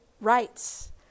rights